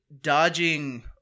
dodging